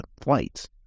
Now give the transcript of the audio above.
flights